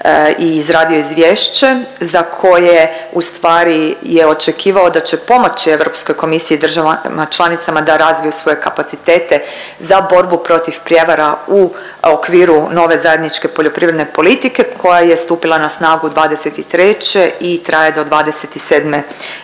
i izradio izvješće za koje ustvari je očekivao da će pomoći Europskoj komisiji i državama članicama da razviju svoje kapacitete za borbu protiv prijevara u okviru nove zajedničke poljoprivredne politike koja je stupila na snagu '23. i traje do '27. godine.